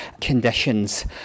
conditions